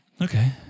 Okay